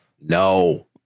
No